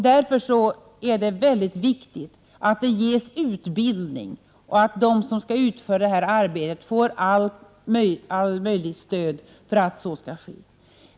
Därför är det väldigt viktigt att det finns utbildning och att de som skall utföra arbetet får allt möjligt stöd för att kunna sköta uppdraget.